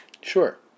Sure